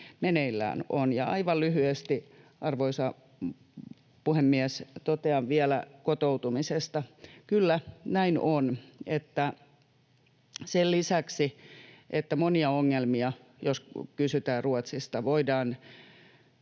meneillään on. Aivan lyhyesti, arvoisa puhemies, totean vielä kotoutumisesta. Kyllä, näin on, että sen lisäksi, että monia ongelmia — jos kysytään Ruotsista — voidaan